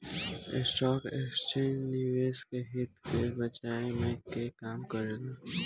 stock exchange निवेशक के हित के बचाये के काम करेला